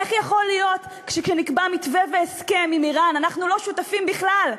איך יכול להיות שכשנקבע מתווה והסכם עם איראן אנחנו לא שותפים בכלל,